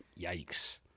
Yikes